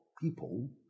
people